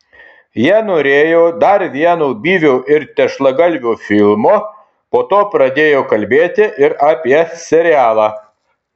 jie norėjo dar vieno byvio ir tešlagalvio filmo po to pradėjo kalbėti ir apie serialą